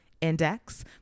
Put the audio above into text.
Index